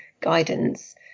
guidance